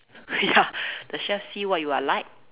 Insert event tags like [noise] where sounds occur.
[laughs] ya the chef see what you are like